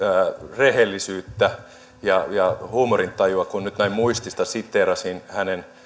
rehellisyyttä ja ja huumorintajua kun nyt näin muistista siteerasin hänen